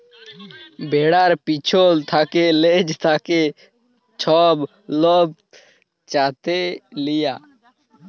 ভেড়ার পিছল থ্যাকে লেজ থ্যাকে ছব লম চাঁছে লিয়া